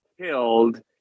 killed